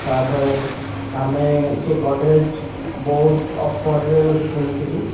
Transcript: ତାପରେ ଆମେ ସେ ଗଡ଼ରେଜ ବହୁତ ଅଫର୍ ରେ ଗୋଟେ କିଣିଥିଲୁ